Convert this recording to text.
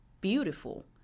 beautiful